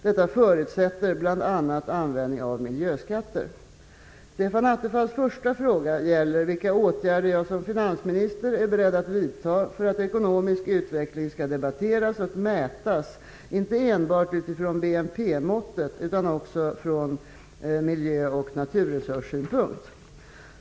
Detta förutsätter bl.a. Stefan Attefalls första fråga gäller vilka åtgärder jag som finansminister är beredd att vidta för att ekonomisk utveckling skall debatteras och mätas, inte enbart utifrån BNP-måttet, utan också ur miljö och naturresurssynpunkt.